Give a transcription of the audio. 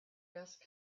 best